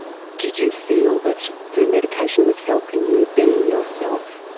did you feel that the medication was helping you be yourself?